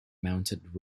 mounted